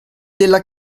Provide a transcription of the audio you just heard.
della